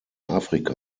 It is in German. afrika